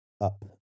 up